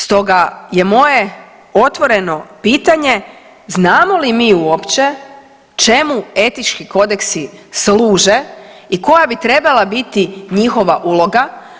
Stoga je moje otvoreno pitanje: znamo li mi uopće čemu etički kodeksi služe i koja bi trebala biti njihova uloga?